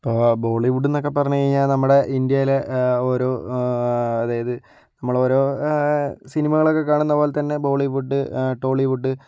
ഇപ്പോൾ ബോളിവുഡ് എന്നൊക്കെ പറഞ്ഞു കഴിഞ്ഞാൽ നമ്മുടെ ഇന്ത്യയിലെ ഒരു അത് ഏത് നമ്മൾ ഒരു സിനിമകളൊക്കെ കാണുന്ന പോലെത്തന്നെ ബോളിവുഡ് ടോളിവുഡ്